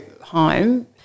home